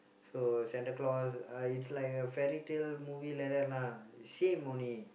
so Santa-Claus uh is like a fairytale movie like that lah same only